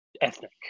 ethnic